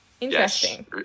interesting